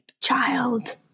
child